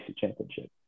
Championship